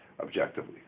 objectively